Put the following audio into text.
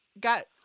got